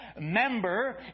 member